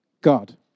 God